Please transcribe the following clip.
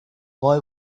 boy